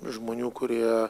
žmonių kurie